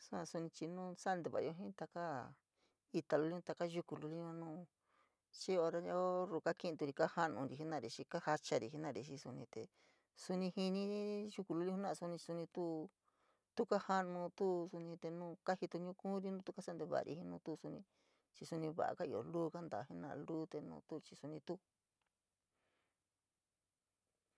Sua suni chii no santeva’ayo jii, taka ita luliun, taka yuku luli nu xii ora ioo iuu kakinturi te kajo’anuri jenari chii kajochori jenari xii sanite suni jiniri yuku luli jenara suni, sunito tu, tuu kaja’anu, tu suni te nu kajito ñukuuri nu tu kasa’a nteva’ari nu tuu suni chii suni va’a ka ioo luu kantaa jena’a, luu te nu tuu chii suni te tuu.